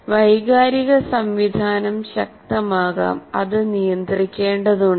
വൈകാരിക സംവിധാനം ശക്തമാകാം അത് നിയന്ത്രിക്കേണ്ടതുണ്ട്